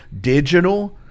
digital